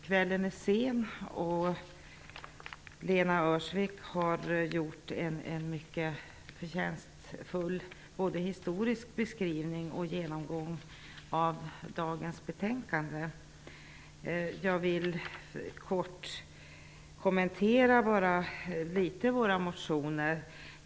Kvällen är sen och Lena Öhrsvik har gjort en mycket förtjänstfull historisk beskrivning och genomgång av dagens betänkande. Jag vill därför bara kort kommentera våra motioner.